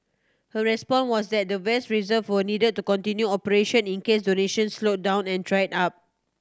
her response was that the vast reserves were needed to continue operation in case donations slowed down or dried up